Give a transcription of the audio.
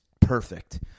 perfect